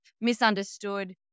misunderstood